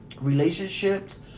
relationships